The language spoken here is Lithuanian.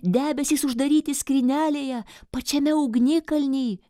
debesys uždaryti skrynelėje pačiame ugnikalny